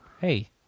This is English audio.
Hey